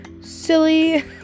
silly